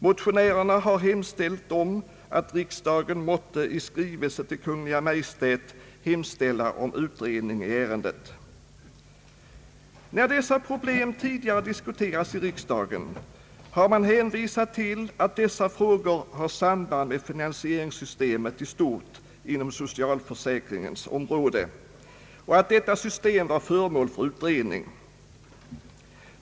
Motionärerna i år har yrkat att riksdagen måtte i skrivelse till Kungl. Maj:t hemställa om utredning i ärendet. När dessa problem tidigare diskuterats i riksdagen har man hänvisat till att de har samband med finansieringssystemet i stort inom socialförsäkringens område och att detta system var föremål för utredning.